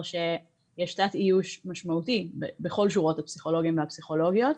שיש תת איוש משמעותי בכל שורות הפסיכולוגים והפסיכולוגיות.